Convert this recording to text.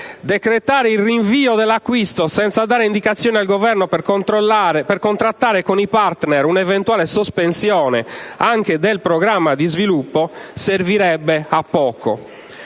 Decretare il rinvio dell'acquisto senza dare indicazioni al Governo per contrattare con i *partner* un'eventuale sospensione anche del programma di sviluppo servirebbe a poco.